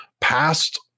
past